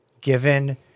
given